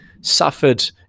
suffered